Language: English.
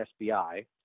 SBI